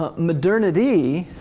ah modernity,